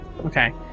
Okay